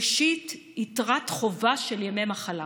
ראשית, יתרת חובה של ימי מחלה.